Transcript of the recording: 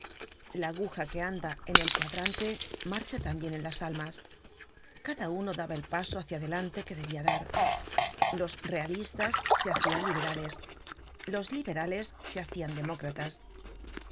la aguja que anda en el cuadrante marcha tambien en las almas cada uno daba el paso hácia adelante que debia dar los realistas se hacian liberales los liberales se hacian demócratas